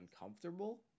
uncomfortable